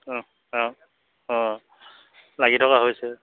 অঁ অঁ অঁ লাগি থকা হৈছে